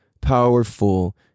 powerful